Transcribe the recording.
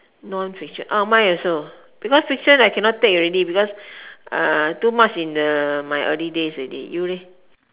non fiction oh mine also because fiction I cannot take already because uh too much in the my early days already you leh